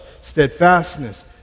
steadfastness